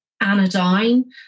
anodyne